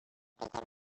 begin